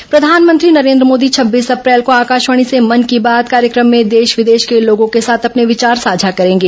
संक्षिप्त समाचार प्रधानमंत्री नरेन्द्र मोदी छब्बीस अप्रैल को आकाशवाणी से मन की बात कार्यक्रम में देश विदेश के लोगों को साथ अपने विचार साझा करेंगे